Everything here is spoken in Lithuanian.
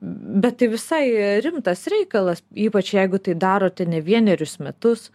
bet tai visai rimtas reikalas ypač jeigu tai darote ne vienerius metus